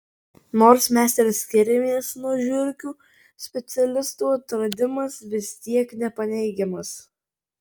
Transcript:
nors mes ir skiriamės nuo žiurkių specialistų atradimas vis tiek nepaneigiamas